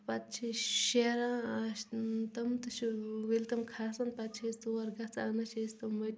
پتہٕ چھِ أسۍ شیران تِم تہِ چھِ ییٚلہِ تِم کھسان پتہٕ چھِ أسۍ توٗر گژھان انان چھِ أسۍ تِم وٹِتھ